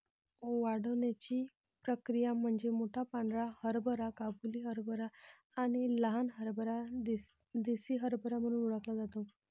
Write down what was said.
वाढण्याची प्रक्रिया म्हणजे मोठा पांढरा हरभरा काबुली हरभरा आणि लहान हरभरा देसी हरभरा म्हणून ओळखला जातो